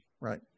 right